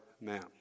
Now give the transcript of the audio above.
man